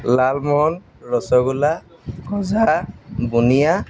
লালমোহন ৰচগোল্লা গজা বুনিয়া